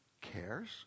cares